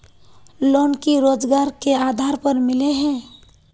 Loan की रोजगार के आधार पर मिले है?